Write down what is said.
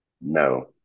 No